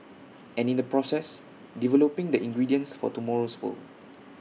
and in the process developing the ingredients for tomorrow's world